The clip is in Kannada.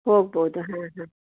ಹೋಗ್ಬೌದು ಹಾಂ ಹಾಂ